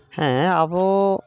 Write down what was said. ᱦᱮᱸ ᱟᱵᱚ